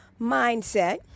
mindset